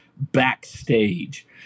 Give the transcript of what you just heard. backstage